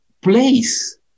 place